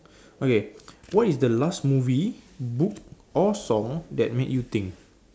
okay what is the last movie book or song that made you think